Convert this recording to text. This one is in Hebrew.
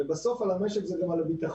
ובסוף על המשק זה גם על הביטחון